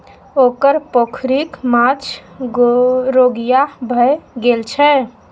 ओकर पोखरिक माछ रोगिहा भए गेल छै